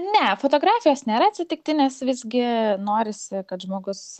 ne fotografijos nėra atsitiktinės visgi norisi kad žmogus